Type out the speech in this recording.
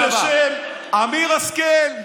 אזרח בשם אמיר השכל,